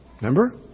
Remember